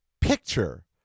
picture